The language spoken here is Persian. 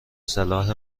صلاح